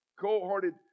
cold-hearted